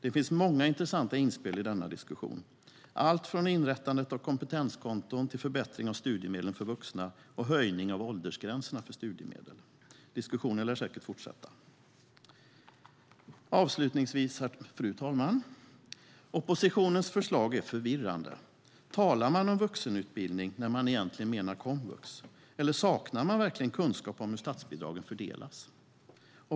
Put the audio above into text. Det finns många intressanta inspel i denna diskussion, allt från inrättandet av kompetenskonton till förbättring av studiemedlen för vuxna och höjning av åldersgränserna för studiemedel. Diskussionen lär säkert fortsätta. Fru talman! Oppositionens förslag är förvirrande. Talar man om vuxenutbildning när man egentligen menar komvux eller saknar man verkligen kunskap om hur statsbidragen fördelas?